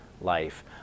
life